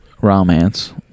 Romance